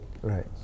right